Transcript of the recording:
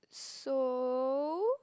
so